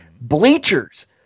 Bleachers